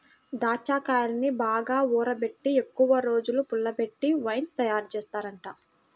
దాచ్చాకాయల్ని బాగా ఊరబెట్టి ఎక్కువరోజులు పుల్లబెట్టి వైన్ తయారుజేత్తారంట